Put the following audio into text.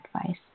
advice